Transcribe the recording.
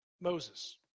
Moses